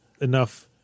enough